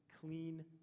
clean